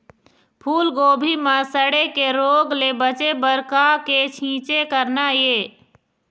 फूलगोभी म सड़े के रोग ले बचे बर का के छींचे करना ये?